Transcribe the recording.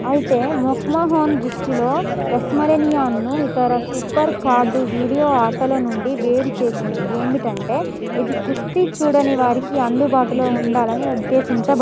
అయితే మెక్మహోన్ దృష్టిలో రెస్మలేనియాను ఇతర సూపర్ కార్డు వీడియో ఆటలు నుండి వేరు చేసింది ఏమిటంటే ఇది కుస్తీ చూడని వారికి అందుబాటులో ఉండాలని ఉద్దేశించ